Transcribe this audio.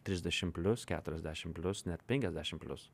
trisdešim plius keturiasdešim plius net penkiasdešim plius